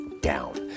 down